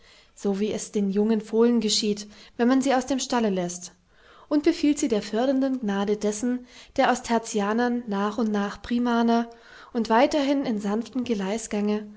so wie es den jungen fohlen geschieht wenn man sie aus dem stalle läßt und befiehlt sie der fördernden gnade dessen der aus tertianern nach und nach primaner und weiterhin im sanften